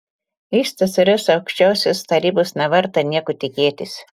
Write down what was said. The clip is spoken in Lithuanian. iš tsrs aukščiausiosios tarybos neverta nieko tikėtis